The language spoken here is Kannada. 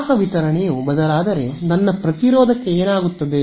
ಪ್ರವಾಹ ವಿತರಣೆಯು ಬದಲಾದರೆ ನನ್ನ ಪ್ರತಿರೋಧಕ್ಕೆ ಏನಾಗುತ್ತದೆ